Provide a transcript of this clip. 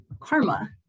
karma